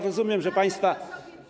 Rozumiem, że państwa.